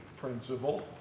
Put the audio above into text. principle